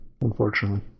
unfortunately